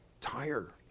tire